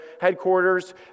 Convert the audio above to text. headquarters